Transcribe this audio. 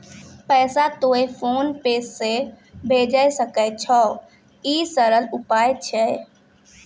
पैसा तोय PhonePe से भैजै सकै छौ? ई सरल उपाय छै?